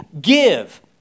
give